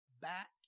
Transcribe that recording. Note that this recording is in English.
back